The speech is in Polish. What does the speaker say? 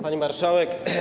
Pani Marszałek!